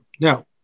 Now